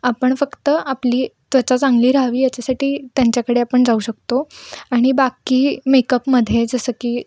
आपण फक्त आपली त्वचा चांगली राहावी याच्यासाठी त्यांच्याकडे आपण जाऊ शकतो आणि बाकी मेकअपमध्ये जसं की